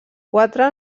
quatre